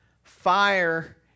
Fire